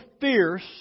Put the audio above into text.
fierce